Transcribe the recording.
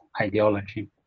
ideology